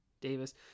Davis